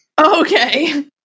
Okay